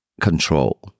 control